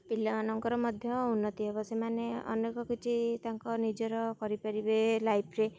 ପିଲାମାନଙ୍କର ମଧ୍ୟ ଉନ୍ନତି ହେବ ସେମାନେ ଅନେକ କିଛି ତାଙ୍କ ନିଜର କରିପାରିବେ ଲାଇଫ୍ରେ